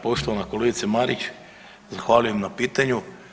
Poštovana kolegice Marić, zahvaljujem na pitanju.